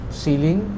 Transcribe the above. ceiling